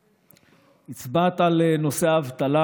הצבעת על נושא האבטלה,